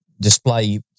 display